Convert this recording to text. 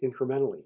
incrementally